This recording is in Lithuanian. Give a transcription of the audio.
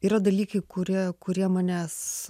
yra dalykai kurie kurie manęs